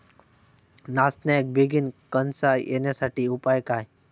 नाचण्याक बेगीन कणसा येण्यासाठी उपाय काय?